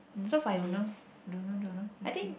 hmm don't know don't know don't know okay